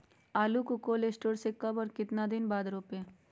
आलु को cold storage से ले के कब और कितना दिन बाद रोपे?